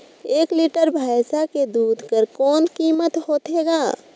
एक लीटर भैंसा के दूध कर कौन कीमत होथे ग?